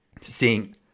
seeing